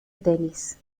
tenis